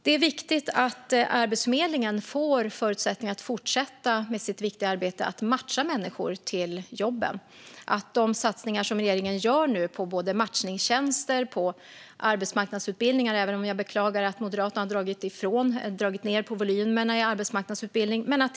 Det är viktigt att Arbetsförmedlingen får förutsättningar att fortsätta med sitt viktiga arbete att matcha människor till jobben och att de satsningar som regeringen gör nu på både matchningstjänster och arbetsmarknadsutbildningar, även om jag beklagar att Moderaterna har dragit ned på volymerna, nu kan fortsätta.